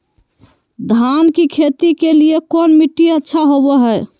धान की खेती के लिए कौन मिट्टी अच्छा होबो है?